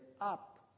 up